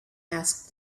asked